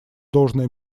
должное